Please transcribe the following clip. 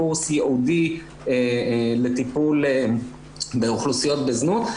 לקורס ייעודי לטיפול באוכלוסיות בזנות.